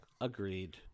Agreed